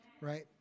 right